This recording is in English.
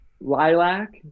lilac